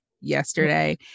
yesterday